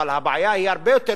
אבל הבעיה היא יותר גדולה,